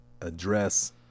address